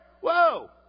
Whoa